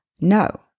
No